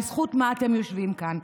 בזכות מה אתם יושבים כאן,